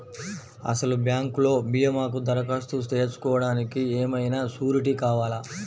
అసలు బ్యాంక్లో భీమాకు దరఖాస్తు చేసుకోవడానికి ఏమయినా సూరీటీ కావాలా?